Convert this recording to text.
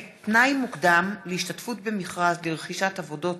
תנאי מוקדם להשתתפות במכרז לרכישת עבודות